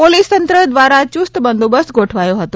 police તંત્ર દ્વારા યુસ્ત બંદોબસ્ત ગોઠવાયો હતો